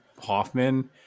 hoffman